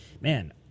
man